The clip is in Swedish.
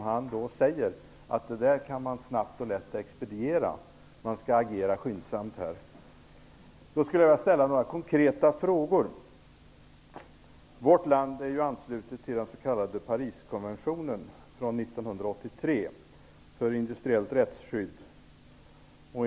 Han säger ju att man snabbt och lätt kan expediera en sådan och att man skall agera skyndsamt. Vårt land är anslutet till den s.k. Pariskonventionen för industriellt rättsskydd från 1983.